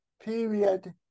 period